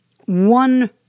one